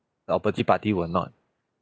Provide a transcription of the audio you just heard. the opposite party will not